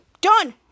done